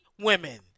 women